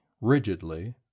rigidly